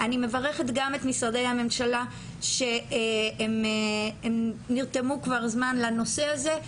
מברכת גם את משרדי הממשלה שהם נרתמו כבר זמן לנושא הזה.